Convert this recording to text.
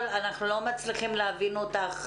אנחנו תכף יושבים עם מנכ"ל משרד העבודה ותוכלי להעלות את זה שם.